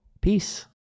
Peace